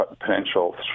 potential